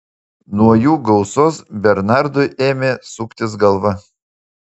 nuo jų gausos bernardui ėmė suktis galva